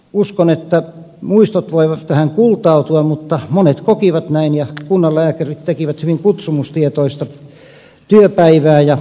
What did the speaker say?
uskon että muistot voivat vähän kultautua mutta monet kokivat näin ja kunnanlääkärit tekivät hyvin kutsumustietoista työpäivää